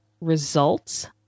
results